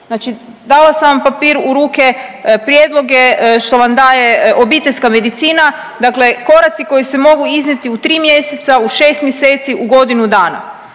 znači dala sam vam papir u ruke, prijedloge što vam daje obiteljska medicina, dakle koraci koji se mogu iznijeti u 3 mjeseca, u 6 mjeseci, u godinu dana,